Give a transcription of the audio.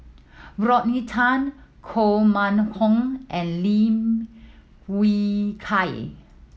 Rodney Tan Koh Mun Hong and Lim Wee Kiak